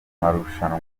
marushanwa